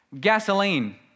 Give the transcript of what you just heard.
Gasoline